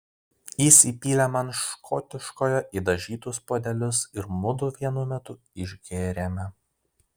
jis įpylė man škotiškojo į dažytus puodelius ir mudu vienu metu išgėrėme